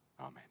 Amen